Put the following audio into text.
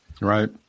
Right